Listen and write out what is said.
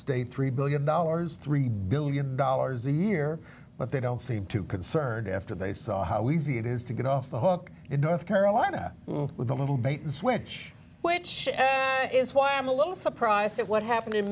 state three billion dollars three billion dollars a year but they don't seem too concerned after they saw how easy it is to get off the hook in north carolina with a little bait and switch which is why i'm a little surprised at what happened in